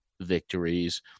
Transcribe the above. victories